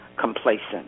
complacent